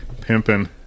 Pimping